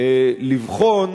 לבחון